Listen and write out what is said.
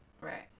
Right